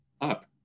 up